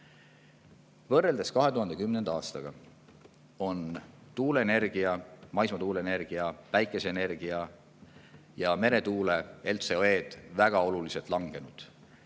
Võrreldes 2010. aastaga on tuuleenergia, maismaatuuleenergia, päikeseenergia ja meretuule LCOE väga oluliselt langenud: